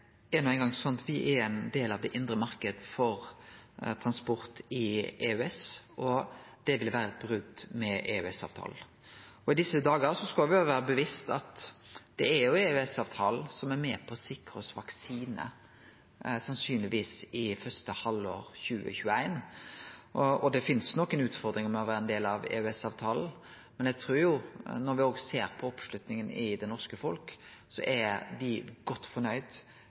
er no ein gong slik at me er ein del av den indre marknaden for transport i EØS, og det ville vere eit brot med EØS-avtalen. I desse dagar skal me vere bevisste på at det er EØS-avtalen som er med på å sikre oss vaksine, sannsynlegvis i første halvår 2021. Det finst nokre utfordringar med å vere ein del av EØS-avtalen, men eg trur, når me ser på oppslutninga i det norske folk, at ein er godt